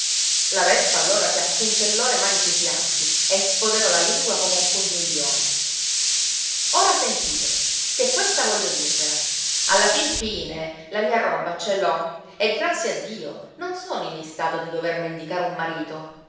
la vespa allora si appuntellò le mani sui fianchi e sfoderò la lingua come un pungiglione ora sentite che questa voglio dirvela alla fin fine la mia roba ce l'ho e grazie a dio non sono in istato di dover mendicare un marito